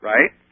Right